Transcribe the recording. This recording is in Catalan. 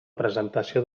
presentació